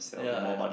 ya